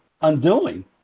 undoing